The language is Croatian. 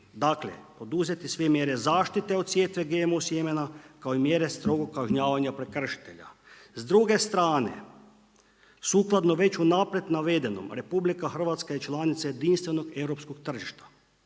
Dakle, poduzeti sve mjere zaštite od sjetve GMO sjemena kao i mjere strogog kažnjavanja prekršitelja. S druge strane, sukladno već u naprijed navedenom, RH je članica jedinstvenog europskog tržišta.